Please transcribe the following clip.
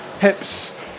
hips